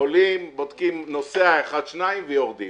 עולים, בודקים נוסע אחד שניים, ויורדים.